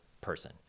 person